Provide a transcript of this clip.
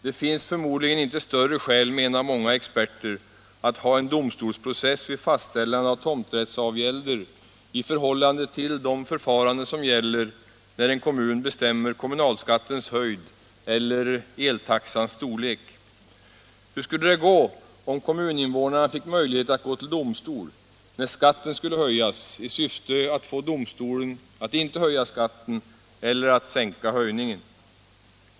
Det finns förmodligen inte större skäl, menar många experter, att ha en domstolsprocess vid fastställande av tomträttsavgälder än vid de förfaranden som gäller när en kommun bestämmer kommunalskattens höjd eller eltaxans storlek. Hur skulle det bli om kommuninvånarna fick möjlighet att gå till domstol när skatten skulle höjas, i syfte att få domstolen att inte höja skatten eller att mildra höjningen?